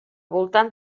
voltant